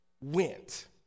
went